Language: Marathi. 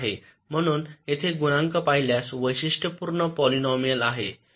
म्हणून येथे गुणांक पाहिल्यास वैशिष्ट्यपूर्ण पॉलिनोमियाल आहे